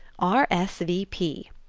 r. s. v. p.